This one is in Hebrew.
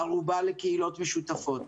הערובה לקהילות משותפות.